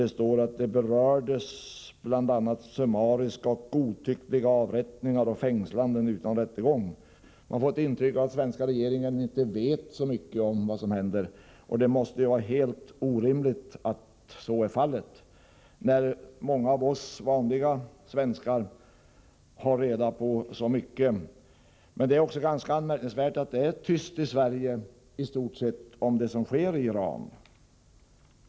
Det står: ”I rapporten berördes bl.a. summariska och godtyckliga avrättningar och fängslanden utan rättegång.” Man får ett intryck av att den svenska regeringen inte vet så mycket om vad som händer, men det är helt orimligt att så skulle vara fallet, när så många av oss vanliga svenskar har reda på så mycket. Det är ganska anmärkningsvärt att det i stort sett är tyst i Sverige om det som sker i Iran.